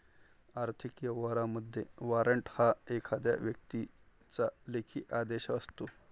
आर्थिक व्यवहारांमध्ये, वॉरंट हा एखाद्या व्यक्तीचा लेखी आदेश असतो